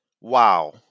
Wow